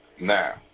Now